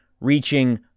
reaching